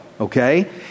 okay